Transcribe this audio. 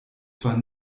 zwar